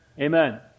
amen